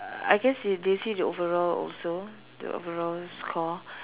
uh I guess they they see the overall also the overall score